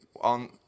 On